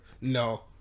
no